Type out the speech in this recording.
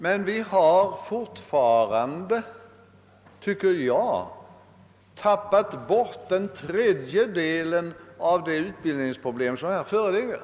— Men vi har fortfarande tycker jag tappat bort en tredjedel av det utbildningsproblem som här föreligger.